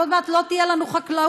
אבל עוד מעט לא תהיה לנו חקלאות,